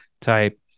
type